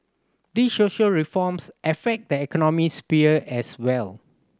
these social reforms affect the economic sphere as well